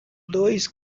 dois